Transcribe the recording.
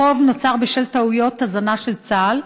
החוב נוצר בשל טעויות הזנה של צה"ל,